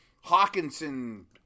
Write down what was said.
Hawkinson